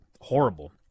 horrible